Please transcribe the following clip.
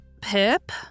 Pip